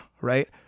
right